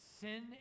Sin